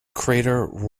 crater